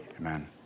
amen